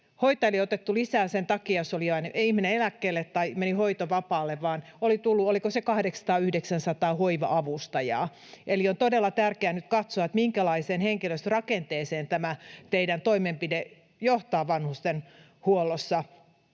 Hoitajia oli otettu lisää sen takia, jos oli jäänyt ihminen eläkkeelle tai mennyt hoitovapaalle. Oli tullut, oliko se, 800—900 hoiva-avustajaa. Eli on todella tärkeää nyt katsoa, minkälaiseen henkilöstörakenteeseen tämä teidän toimenpiteenne johtaa vanhustenhuollossa.